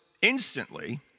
Instantly